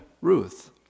Ruth